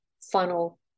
funnel